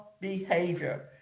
behavior